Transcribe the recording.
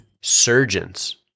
Surgeons